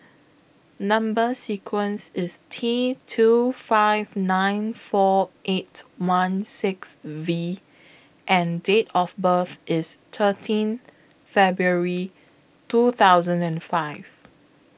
Number sequence IS T two five nine four eight one six V and Date of birth IS thirteen February two thousand and five